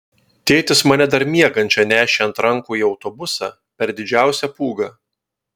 tėtis mane dar miegančią nešė ant rankų į autobusą per didžiausią pūgą